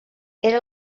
era